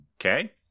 Okay